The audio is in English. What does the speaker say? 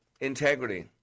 Integrity